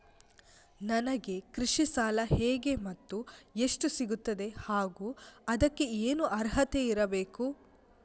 ನನಗೆ ಕೃಷಿ ಸಾಲ ಹೇಗೆ ಮತ್ತು ಎಷ್ಟು ಸಿಗುತ್ತದೆ ಹಾಗೂ ಅದಕ್ಕೆ ಏನು ಅರ್ಹತೆ ಇರಬೇಕು?